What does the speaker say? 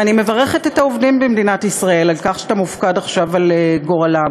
ואני מברכת את העובדים במדינת ישראל על כך שאתה מופקד עכשיו על גורלם.